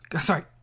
Sorry